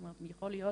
יכול להיות